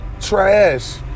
trash